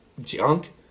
junk